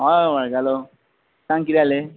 हय वळखालो सांग कितें जालें